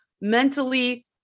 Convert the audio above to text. mentally